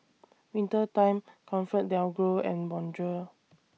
Winter Time ComfortDelGro and Bonjour